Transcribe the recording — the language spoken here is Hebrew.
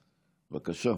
בבקשה.